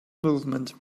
movement